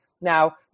Now